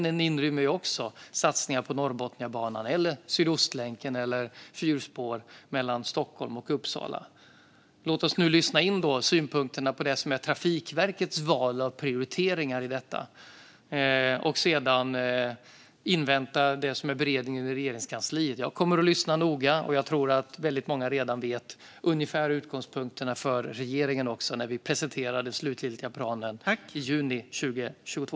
Den inrymmer också satsningar på Norrbotniabanan, Sydostlänken och fyrspår mellan Stockholm och Uppsala. Låt oss lyssna in synpunkterna på Trafikverkets val av prioriteringar i detta. Sedan får vi invänta beredningen i Regeringskansliet. Jag kommer att lyssna noga, och jag tror att väldigt många redan vet regeringens utgångspunkter inför att vi ska presentera den slutgiltiga planen i juni 2022.